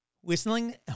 Whistling